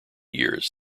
years